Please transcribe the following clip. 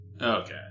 Okay